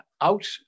out